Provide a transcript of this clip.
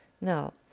Now